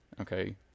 Okay